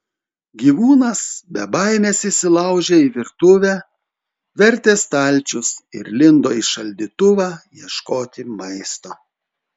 gyvūnas be baimės įsilaužė į virtuvę vertė stalčius ir lindo į šaldytuvą ieškoti maisto